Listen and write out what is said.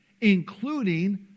including